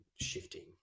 shifting